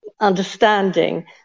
understanding